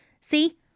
See